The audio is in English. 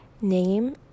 name